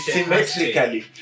Symmetrically